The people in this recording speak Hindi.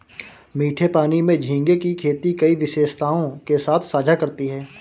मीठे पानी में झींगे की खेती कई विशेषताओं के साथ साझा करती है